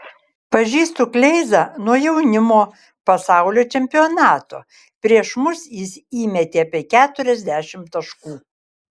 pažįstu kleizą nuo jaunimo pasaulio čempionato prieš mus jis įmetė apie keturiasdešimt taškų